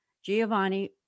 Giovanni